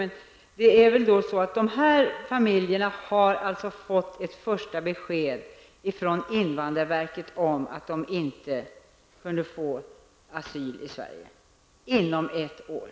Men dessa familjer har alltså fått ett första besked från invandrarverket inom ett år om att de inte kan få asyl i Sverige.